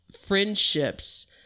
friendships